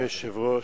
אדוני היושב-ראש,